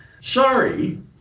sorry